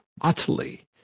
utterly